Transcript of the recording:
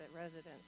residents